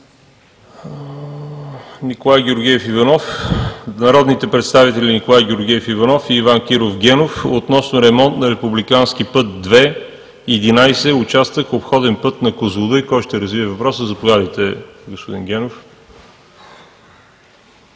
въпрос е от народните представители Николай Георгиев Иванов и Иван Киров Генов, относно ремонт на републикански път ІІ-11, участък обходен път на Козлодуй. Кой ще развие въпроса? Заповядайте, господин Генов.